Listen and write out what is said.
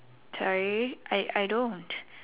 sorry I I don't